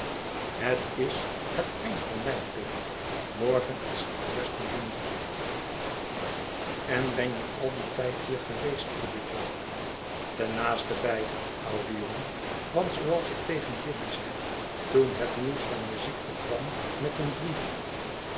het is het eind van mei pip morgen is de eerste juni en ben je al dien tijdhier geweest goede jo ten naasten bij oude jongen want zooals ik tegen biddy zei toen het nieuws van je ziekte kwam met een brief